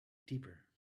deeper